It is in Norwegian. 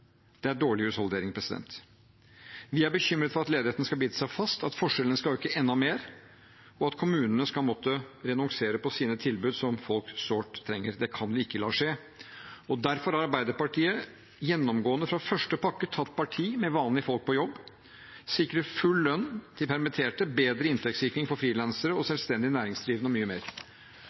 Det er dårlig husholdering. Vi er bekymret for at ledigheten skal bite seg fast, at forskjellene skal øke enda mer, og at kommunene skal måtte renonsere på sine tilbud som folk sårt trenger. Det kan vi ikke la skje, og derfor har Arbeiderpartiet gjennomgående fra første pakke tatt parti med vanlige folk på jobb, sikret full lønn til permitterte, bedre inntektssikring for frilansere og selvstendig næringsdrivende, og mye mer.